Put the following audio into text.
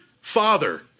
Father